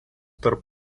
tarp